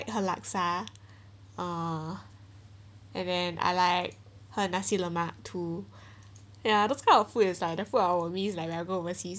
her laksa uh and then I like her nasi lemak too ya those kind of food is like the food I will miss when we go overseas